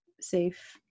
safe